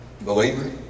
believer